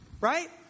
Right